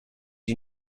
you